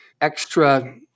extra